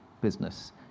business